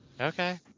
Okay